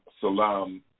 salam